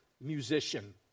musician